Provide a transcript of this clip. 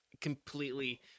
completely